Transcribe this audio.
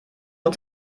uns